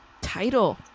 title